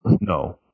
No